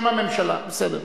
לכן